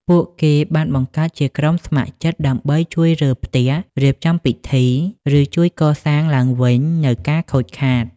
ពួកគេបានបង្កើតជាក្រុមស្ម័គ្រចិត្តដើម្បីជួយរើផ្ទះ រៀបចំពិធី ឬជួយកសាងឡើងវិញនូវការខូចខាត។